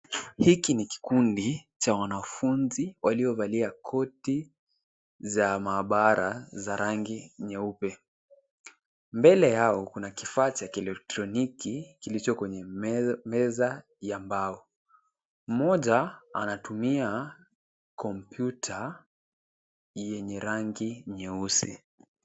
Hili ni kikundi cha wanafunzi waliovalia koti za maabara za rangi nyeupe. Mbele yao kuna kifaa cha kielektroniki kilicho kwenye meza ya mbao. Mmoja anatumia kompyuta yenye rangi nyeusi.